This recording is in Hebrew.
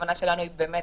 שהכוונה שלנו היא באמת,